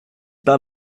pas